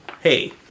hey